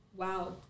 wow